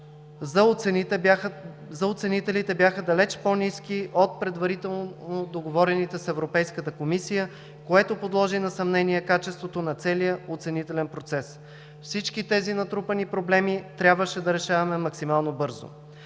за оценителите бяха далеч по- ниски от предварително договорените с Европейската комисия, което подложи на съмнение качеството на целия оценителен процес. Всички тези натрупани проблеми трябваше да решаваме максимално бързо.